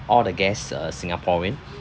all the guests uh singaporean